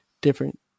different